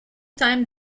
time